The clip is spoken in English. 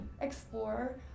explore